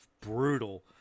Brutal